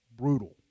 Brutal